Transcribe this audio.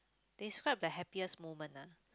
describe the happiest moment ah